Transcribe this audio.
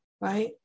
right